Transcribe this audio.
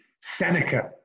Seneca